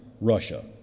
Russia